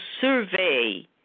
survey